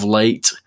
late